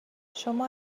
شما